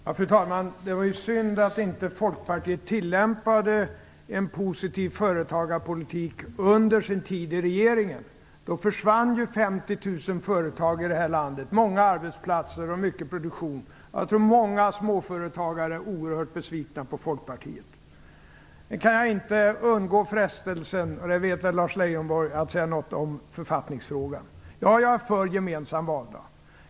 Fru talman! Det var synd att inte Folkpartiet tilllämpade en positiv företagarpolitik under sin tid i regeringen. Då försvann ju 50 000 företag i det här landet. Det var många arbetsplatser och mycket produktion. Jag tror att många småföretagare är oerhört besvikna på Folkpartiet. Sedan kan jag inte undgå frestelsen att säga något om författningsfrågan. Det vet väl Lars Leijonborg. Ja, jag är för en gemensam valdag.